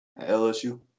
LSU